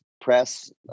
press